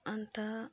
अन्त